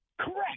Correct